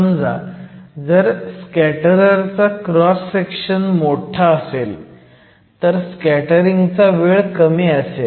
समजा जर स्कॅटररचा क्रॉस सेक्शन मोठा असेल तर स्कॅटरिंगचा वेळ कमी असेल